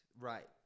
Right